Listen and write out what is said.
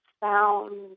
found